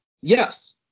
Yes